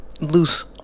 Loose